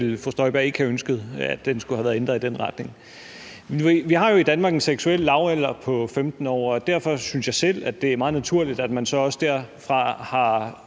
det ville hun ikke have ønsket, altså at den skulle have været ændret i den retning. Vi har jo i Danmark en seksuel lavalder på 15 år, og derfor synes jeg selv, det er meget naturligt, at man så også der har